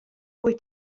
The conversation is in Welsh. wyt